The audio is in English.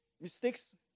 mistakes